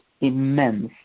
immense